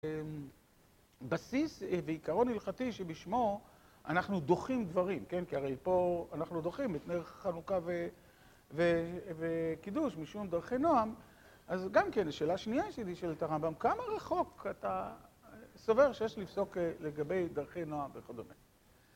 בסיס ועיקרון הלכתי שבשמו אנחנו דוחים דברים, כי הרי פה אנחנו דוחים את נר חנוכה וקידוש משום דרכי נועם אז גם כן, השאלה השנייה שלי של את הרמב״ם, כמה רחוק אתה סובר שיש לפסוק לגבי דרכי נועם וכו'.